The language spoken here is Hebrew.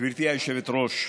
גברתי היושבת-ראש,